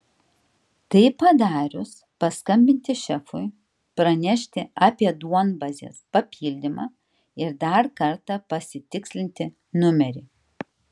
tai padarius paskambinti šefui pranešti apie duombazės papildymą ir dar kartą pasitikslinti numerį